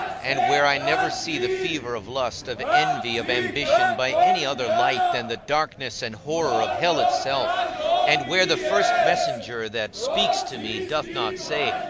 and where i never see the fever of lust, of envy, of ambition, by any other light than the darkness and horror of hell itself and where the first messenger that speaks to me doth not say,